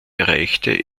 erreichte